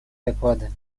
доклада